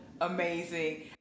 amazing